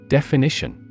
Definition